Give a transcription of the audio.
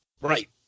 Right